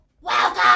Welcome